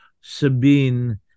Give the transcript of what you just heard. sabine